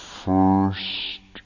first